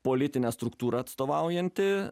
politinę struktūrą atstovaujanti